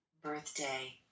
Birthday